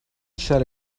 shall